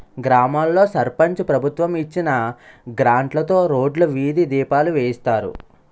గ్రామాల్లో సర్పంచు ప్రభుత్వం ఇచ్చిన గ్రాంట్లుతో రోడ్లు, వీధి దీపాలు వేయిస్తారు